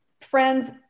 friends